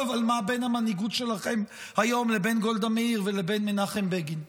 אבל מה בין המנהיגות שלכם היום לבין גולדה מאיר ולבין מנחם בגין?